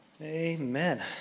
Amen